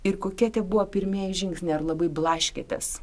ir kokie tie buvo pirmieji žingsniai ar labai blaškėtės